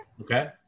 okay